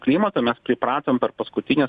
klimato mes pripratom per paskutines